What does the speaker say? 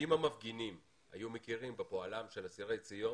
שאם המפגינים היו מכירים בפועלם של אסירי ציון,